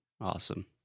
Awesome